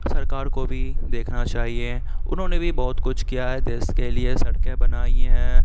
سرکار کو بھی دیکھنا چاہیے انہوں نے بہت کچھ کیا ہے دیس کے لیے سڑکیں بنائی ہیں